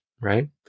Right